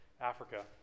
Africa